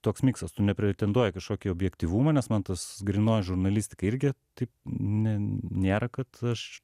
toks miksas tu nepretenduoji į kažkokį objektyvumą nes man tas grynoji žurnalistika irgi taip ne nėra kad aš